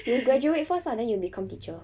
you graduate first lah then you become teacher